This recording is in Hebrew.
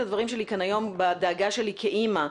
היום בדאגה שלי כאימא.